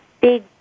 big